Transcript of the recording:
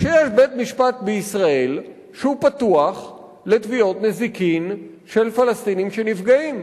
שיש בית-משפט בישראל שהוא פתוח לתביעות נזיקין של פלסטינים שנפגעים.